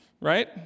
right